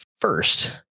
first